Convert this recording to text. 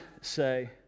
say